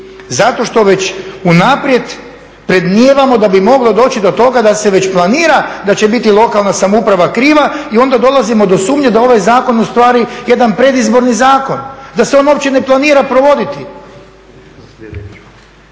Zato što već unaprijed predmnijevamo da bi moglo doći do toga da se već planira da će biti lokalna samouprava kriva i onda dolazimo do sumnje da je ovaj zakon ustvari jedan predizborni zakon, da se on uopće ne planira provoditi.